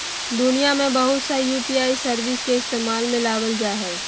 दुनिया में बहुत सा यू.पी.आई सर्विस के इस्तेमाल में लाबल जा हइ